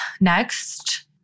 Next